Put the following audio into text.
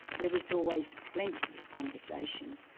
there was always plenty of conversation,